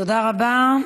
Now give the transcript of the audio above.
תודה רבה.